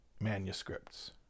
manuscripts